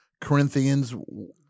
Corinthians